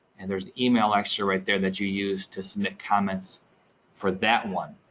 and there's the email actually right there that you use to submit comments for that one.